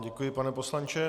Děkuji vám pane poslanče.